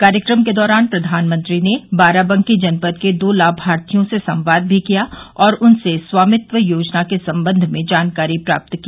कार्यक्रम के दौरान प्रधानमंत्री ने बाराबंकी जनपद के दो लाभार्थियों से संवाद भी किया और उनसे स्वामित्व योजना के संबंध में जानकारी प्राप्त की